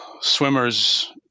swimmers